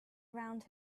around